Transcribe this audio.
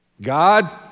God